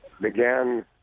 began